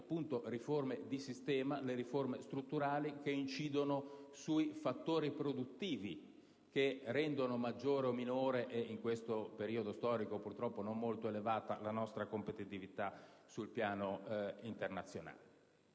le riforme di sistema, le riforme strutturali che incidono sui fattori produttivi che rendono maggiore o minore - e in questo periodo storico purtroppo non molto elevata - la nostra competitività sul piano internazionale.